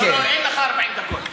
לא, אין לך 40 דקות.